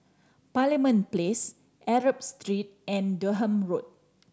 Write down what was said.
Parliament Place Arab Street and Durham Road